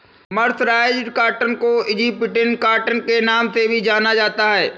mercerised cotton को Egyptian cotton के नाम से भी जाना जाता है